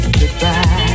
goodbye